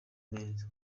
neza